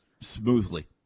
smoothly